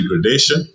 degradation